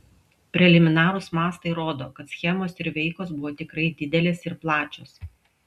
preliminarūs mastai rodo kad schemos ir veikos buvo tikrai didelės ir plačios